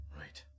right